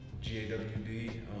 G-A-W-D